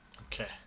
Okay